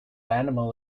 animal